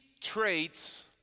traits